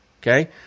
Okay